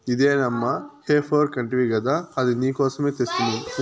ఇదే నమ్మా హే ఫోర్క్ అంటివి గదా అది నీకోసమే తెస్తిని